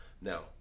now